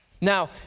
Now